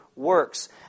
Works